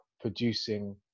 producing